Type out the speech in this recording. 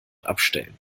abstellen